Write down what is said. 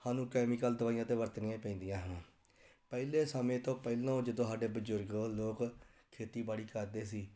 ਸਾਨੂੰ ਕੈਮੀਕਲ ਦਵਾਈਆਂ ਤਾਂ ਵਰਤਣੀਆਂ ਹੀ ਪੈਂਦੀਆਂ ਹਨ ਪਹਿਲੇ ਸਮੇਂ ਤੋਂ ਪਹਿਲੋਂ ਜਦੋਂ ਸਾਡੇ ਬਜ਼ੁਰਗ ਲੋਕ ਖੇਤੀਬਾੜੀ ਕਰਦੇ ਸੀ